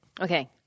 Okay